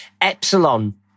Epsilon